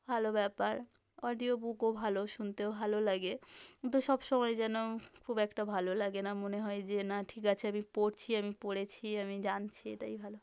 ভালো ব্যাপার অডিও বুকও ভালো শুনতেও ভালো লাগে কিন্তু সব সময় যেন খুব একটা ভালো লাগে না মনে হয় যে না ঠিক আছে আমি পড়ছি আমি পড়েছি আমি জানছি এটাই ভালো